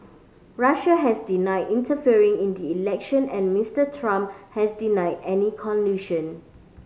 Russia has denied interfering in the election and Mister Trump has denied any collusion